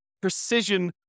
precision